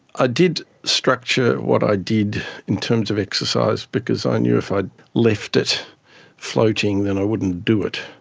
i did structure what i did in terms of exercise because i knew if i left it floating then i wouldn't do it.